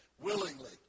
Willingly